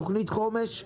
תכנית חומש,